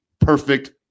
perfect